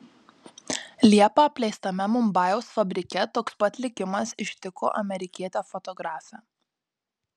liepą apleistame mumbajaus fabrike toks pat likimas ištiko amerikietę fotografę